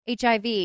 HIV